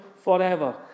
forever